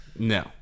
No